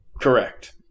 Correct